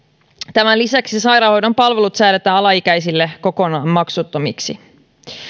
tämän lisäksi sairaanhoidon palvelut säädetään alaikäisille kokonaan maksuttomiksi